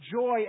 joy